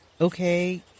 Okay